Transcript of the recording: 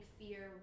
fear